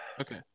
okay